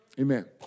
Amen